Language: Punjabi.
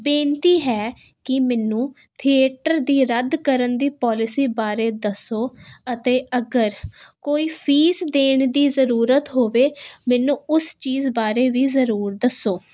ਬੇਨਤੀ ਹੈ ਕਿ ਮੈਨੂੰ ਥਿਏਟਰ ਦੀ ਰੱਦ ਕਰਨ ਦੀ ਪੋਲਿਸੀ ਬਾਰੇ ਦੱਸੋ ਅਤੇ ਅਗਰ ਕੋਈ ਫੀਸ ਦੇਣ ਦੀ ਜ਼ਰੂਰਤ ਹੋਵੇ ਮੈਨੂੰ ਉਸ ਚੀਜ਼ ਬਾਰੇ ਵੀ ਜ਼ਰੂਰ ਦੱਸੋ